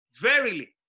Verily